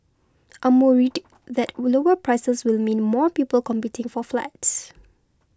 I'm worried that lower prices will mean more people competing for flats